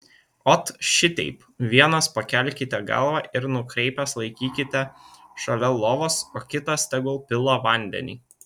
ot šiteip vienas pakelkite galvą ir nukreipęs laikykite šalia lovos o kitas tegul pila vandenį